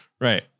Right